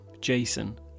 Jason